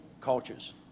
cultures